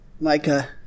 Micah